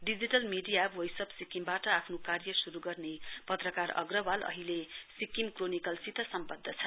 digital media voice of सिक्किमवाट आफ्नो कार्य शुरू गर्ने पत्रकार अग्रवाल अदिले सिक्किम क्रनिकलसित सम्वद्ध छन्